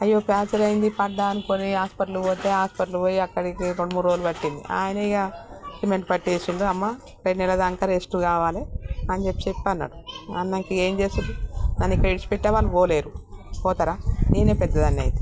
అయ్యో ఫ్రాక్చరు అయింది పడ్డా అనుకుని హాస్పిటల్కి పోతే హాస్పిటల్కి పోయి అక్కడికి రెండు మూడు రోజులు పట్టింది ఆయన ఇయ సిమెంట్ పేట్టేసిండు అమ్మ రెండు నెల్లు హ్యాండ్కి రెస్ట్ కావాలి అని చెప్పి చెప్పిన్నాడు అన్నకి ఏం చేస్తది నన్ను విడిచి పెట్టి వాళ్ళు పోలేదు పోతారా నేనే పెద్దదాన్న అయితే